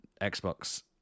xbox